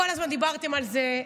כל הזמן דיברתם על זה.